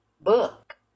book